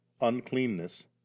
uncleanness